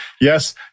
yes